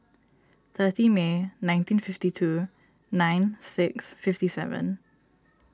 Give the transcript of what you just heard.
thirty May nineteen fifty two nine six fifty seven